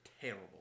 Terrible